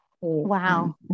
Wow